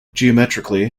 geometrically